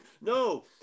no